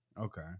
Okay